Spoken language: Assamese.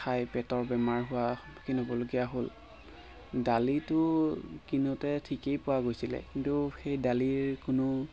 খাই পেটৰ বেমাৰ হোৱা সন্মুখীন হ'ব লগা হ'ল দালিটো কিনোতে ঠিকেই পোৱা গৈছিলে কিন্তু সেই দালিৰ কোনো